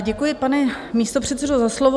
Děkuji, pane místopředsedo, za slovo.